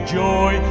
joy